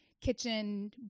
kitchen